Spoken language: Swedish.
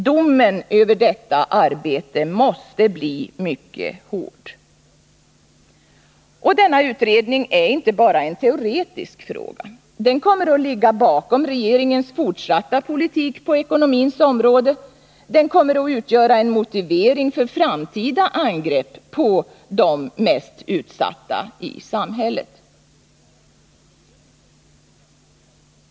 Domen över detta arbete måste bli mycket hård. Och denna utredning är inte bara en teoretisk fråga. Den kommer att ligga bakom regeringens fortsatta politik på ekonomins område. Den kommer att utgöra en motivering för framtida angrepp på de mest utsatta i samhället.